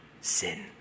sin